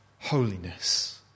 holiness